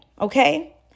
Okay